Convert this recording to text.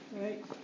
Right